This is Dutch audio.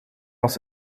was